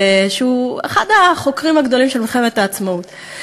שהוא אחד החוקרים הגדולים של מלחמת העצמאות,